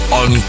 on